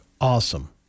awesome